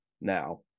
now